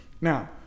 now